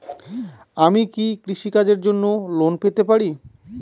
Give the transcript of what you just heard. আমি কি কৃষি কাজের জন্য লোন পেতে পারি?